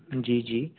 जी जी